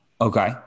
Okay